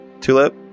Tulip